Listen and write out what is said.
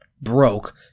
broke